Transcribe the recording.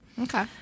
Okay